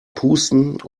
pusten